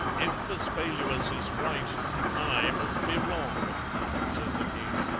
if vespaluus is right i must be wrong said the king.